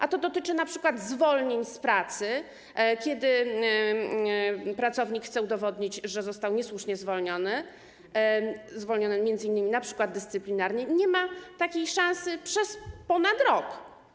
A to dotyczy np. zwolnień z pracy, kiedy pracownik chce udowodnić, że został niesłusznie zwolniony, m.in. np. dyscyplinarnie, i nie ma takiej szansy przez ponad rok.